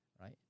right